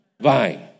vine